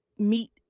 Meet